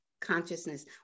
consciousness